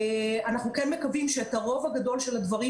אנחנו מקווים שאת הרוב הגדול של הדברים